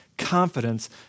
confidence